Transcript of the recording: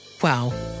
Wow